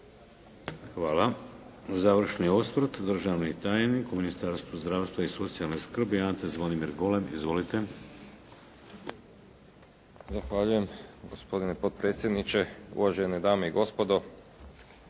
Hvala. Završni osvrt. državni tajnik u Ministarstvu zdravstva i socijalne skrbi, Ante Zvonimir Golem. Izvolite. **Golem, Ante Zvonimir** Zahvaljujem. Gospodine potpredsjedniče, uvažene dame i gospodo.